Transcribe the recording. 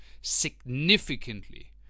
significantly